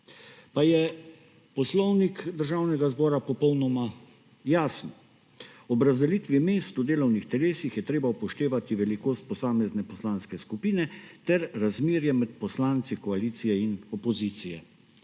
Pa je Poslovnik Državnega zbora popolnoma jasen. Ob razdelitvi mest v delovnih telesih je treba upoštevati velikost posamezne poslanske skupine ter razmerje med poslanci koalicije in opozicije.